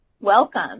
Welcome